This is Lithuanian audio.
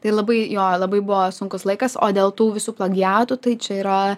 tai labai jo labai buvo sunkus laikas o dėl tų visų plagiatų tai čia yra